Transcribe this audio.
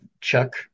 chuck